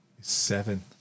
seven